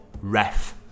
Ref